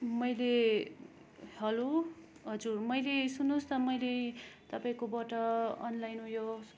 मैले हेलो हजुर मैले सुन्नुहोस न मैले तपाईँकोबाट अनलाइन उयो